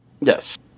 Yes